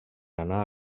anar